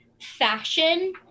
fashion